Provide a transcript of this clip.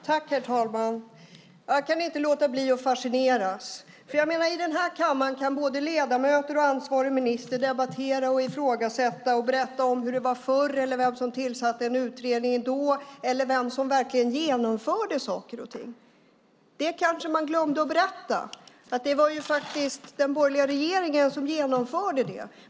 Herr talman! Jag kan inte låta bli att fascineras. I denna kammare kan både ledamöter och ansvarig minister debattera, ifrågasätta, berätta om hur det var förr, vem som tillsatte en utredning då eller vem som verkligen genomförde saker och ting. Man kanske glömde att berätta att det faktiskt var den borgerliga regeringen som genomförde det.